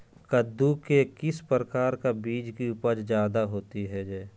कददु के किस प्रकार का बीज की उपज जायदा होती जय?